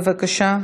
בבקשה,